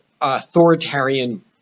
authoritarian